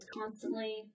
constantly